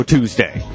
Tuesday